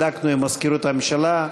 בדקנו עם מזכירות הממשלה,